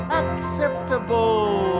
acceptable